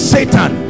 Satan